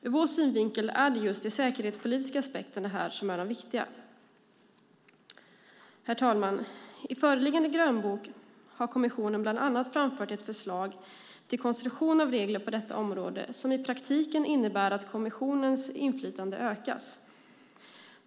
Ur vår synvinkel är det just de säkerhetspolitiska aspekterna som här är viktiga. Herr talman! I föreliggande grönbok har kommissionen bland annat framfört ett förslag till konstruktion av regler på detta område som i praktiken innebär att kommissionens inflytande ökas.